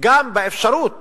וגם באפשרות